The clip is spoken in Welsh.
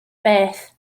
beth